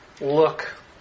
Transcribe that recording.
look